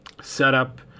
setup